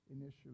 initially